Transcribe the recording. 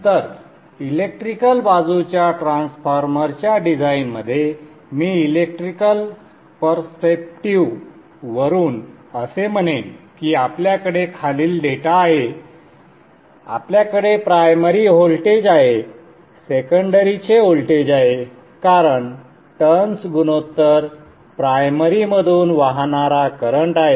तर इलेक्ट्रिकल बाजूच्या ट्रान्सफॉर्मरच्या डिझाइनमध्ये मी इलेक्ट्रिकल पर्सेप्टिव्हवरून असे म्हणेन की आपल्याकडे खालील डेटा आहे आपल्याकडे प्रायमरीचे व्होल्टेज आहे सेकंडरीचे व्होल्टेज आहे कारण टर्न्स गुणोत्तर प्रायमरी मधून वाहणारा करंट आहे